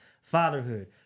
fatherhood